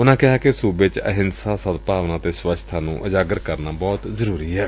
ਉਨੂਾ ਕਿਹਾ ਕਿ ਸੂਬੇ ਵਿਚ ਅਹਿੰਸਾ ਸਦਭਾਵਨਾ ਅਤੇ ਸਵੱਛਤਾ ਨੁੰ ਉਜਾਗਰ ਕਰਨਾ ਬਹੁਤ ਜ਼ਰੁਰੀ ਏ